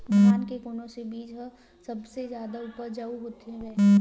धान के कोन से बीज ह सबले जादा ऊपजाऊ हवय?